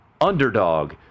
underdog